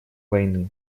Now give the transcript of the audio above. войны